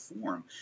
form